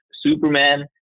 Superman